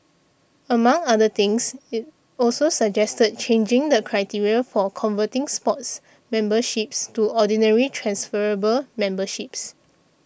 among other things it also suggested changing the criteria for converting Sports memberships to Ordinary transferable memberships